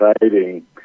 exciting